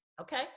okay